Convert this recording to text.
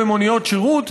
במוניות שירות,